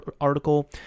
article